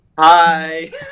hi